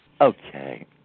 Okay